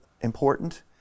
important